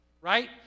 right